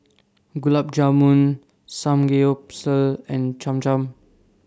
Gulab Jamun Samgeyopsal and Cham Cham